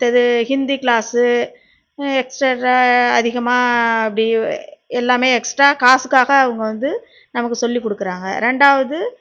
மத்தது Hindi class extra அதிகமாக அப்படி எல்லாமே எக்ஸ்ட்ரா காசுக்காக அவங்க வந்து நமக்கு சொல்லிக்கொடுக்கறாங்க ரெண்டாவது